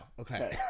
Okay